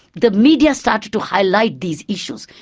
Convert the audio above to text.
the media started to highlight these issues,